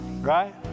Right